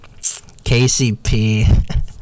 KCP